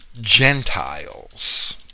Gentiles